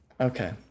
Okay